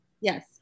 Yes